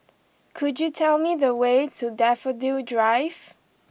could you tell me the way to Daffodil Drive